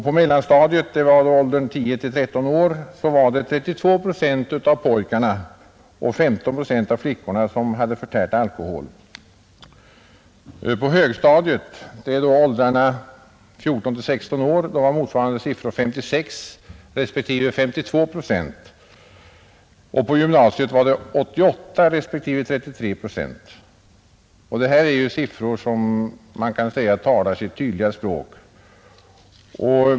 På mellanstadiet, som omfattar barn i åldern 10—13 år, hade 32 procent av pojkarna och 15 procent av flickorna förtärt alkohol. På högstadiet — åldrarna 14—16 år — var motsvarande siffror 56 respektive 52 procent och på gymnasiet 88 respektive 33 procent. Det är siffror som talar sitt tydliga språk.